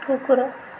କୁକୁର